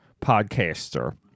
podcaster